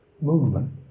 movement